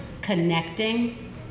connecting